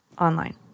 online